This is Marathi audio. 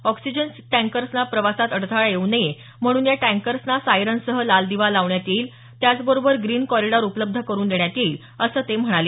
ऑक्सिजन टँकर्सला प्रवासात अडथळा येऊ नये म्हणून या टँकर्सला सायरनसह लाल दिवा लावण्यात येईल त्याचबरोबर ग्रीन कॉरिडॉर उपलब्ध करुन देण्यात येईल असं ते म्हणाले